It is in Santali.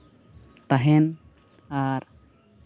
ᱛᱟᱦᱮᱱ ᱟᱨ